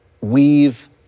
weave